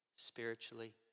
Spiritually